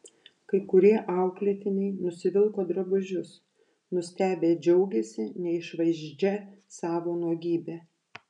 kai kurie auklėtiniai nusivilko drabužius nustebę džiaugėsi neišvaizdžia savo nuogybe